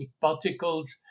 particles